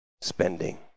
spending